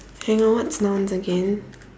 hang on what's nouns again